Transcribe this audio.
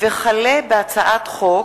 הצעת חוק